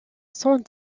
sans